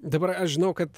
dabar aš žinau kad